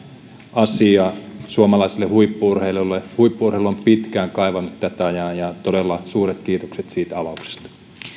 asia suomalaisille huippu urheilijoille huippu urheilu on pitkään kaivannut tätä ja todella suuret kiitokset siitä avauksesta